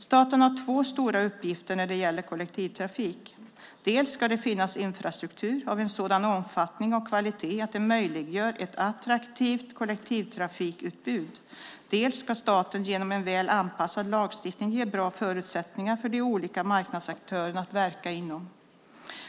Staten har två stora uppgifter när det gäller kollektivtrafik. Dels ska det finnas infrastruktur av en sådan omfattning och kvalitet att det möjliggör ett attraktivt kollektivtrafikutbud, dels ska staten genom en väl anpassad lagstiftning ge bra förutsättningar för de olika marknadsaktörerna att verka.